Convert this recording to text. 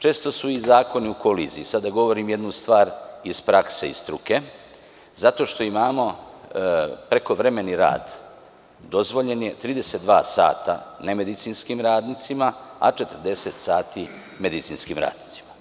Često su i zakoni u koliziji, sada govorim jednu stvar iz prakse, iz struke, zato što imamo prekovremeni rad dozvoljeni 32 sata nemedicinskim radnicima, a 40 sati medicinskim radnicima.